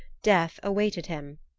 death awaited him.